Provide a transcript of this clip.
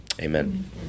amen